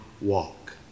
walk